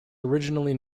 originally